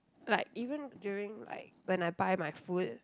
like even during like when I buy my food